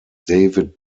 david